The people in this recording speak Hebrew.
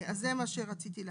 זה מה שרציתי להגיד.